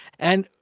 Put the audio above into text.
and,